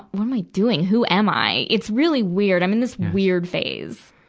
what am i doing? who am i? it's really weird. i'm in this weird phase.